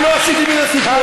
אני לא עשיתי מזה סיפור,